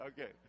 okay